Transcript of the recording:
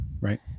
Right